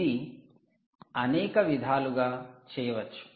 ఇది అనేక విధాలుగా చేయవచ్చు